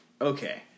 okay